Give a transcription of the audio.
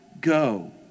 go